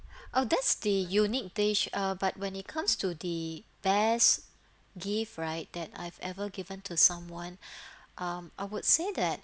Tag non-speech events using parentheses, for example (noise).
oh that's the unique dish uh but when it comes to the best gift right that I've ever given to someone (breath) um I would say that